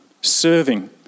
serving